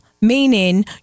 meaning